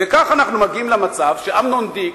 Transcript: וכך אנחנו מגיעים למצב שאמנון דיק,